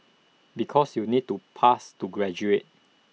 because you need to pass to graduate